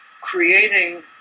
creating